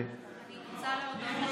אני רוצה להודות לשניכם,